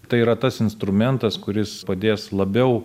tai yra tas instrumentas kuris padės labiau